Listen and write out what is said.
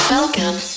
Welcome